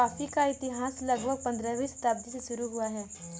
coffee का इतिहास लगभग पंद्रहवीं शताब्दी से शुरू हुआ है